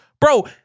Bro